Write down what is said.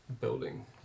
building